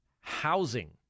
Housing